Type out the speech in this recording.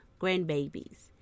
grandbabies